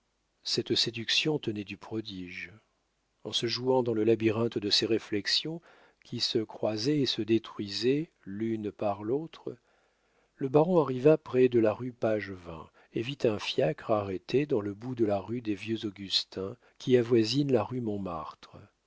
cette séduction tenait du prodige en se jouant dans le labyrinthe de ses réflexions qui se croisaient et se détruisaient l'une par l'autre le baron arriva près de la rue pagevin et vit un fiacre arrêté dans le bout de la rue des vieux augustins qui avoisine la rue montmartre